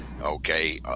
okay